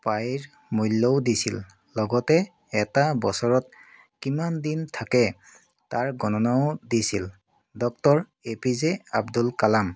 পাইৰ মূল্যও দিছিল লগতে এটা বছৰত কিমান দিন থাকে তাৰ গণনাও দিছিল doctor A P J Abdul Kalam